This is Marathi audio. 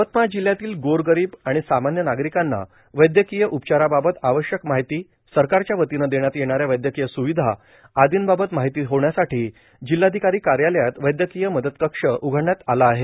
यवतमाळ जिल्हयातील गोर गरीब आणि सामान्य नागरिकांना वैद्यकीय उपचाराबाबत आवश्यक माहिती सरकारच्या वतीनं देण्यात येणाऱ्या वैद्यकीय स्रुविधा आदींबाबत माहिती होण्यासाठी जिल्हाधिकारी कार्यालयात वैद्यकीय मदत कक्ष उघडण्यात आला आहे